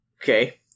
Okay